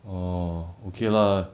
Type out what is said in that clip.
orh okay lah